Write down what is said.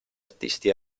artisti